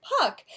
Puck